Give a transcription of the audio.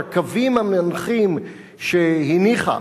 שהקווים המנחים שהניחה